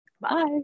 bye